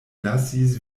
lasis